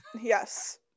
yes